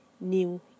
New